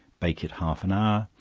bake it half an hour,